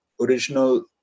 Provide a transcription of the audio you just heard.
original